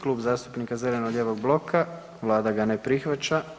Klub zastupnika zeleno-lijevog bloka, Vlada ga ne prihvaća.